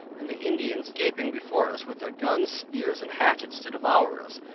and the indians gaping before us with their guns, spears, and hatchets to devour us.